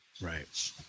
Right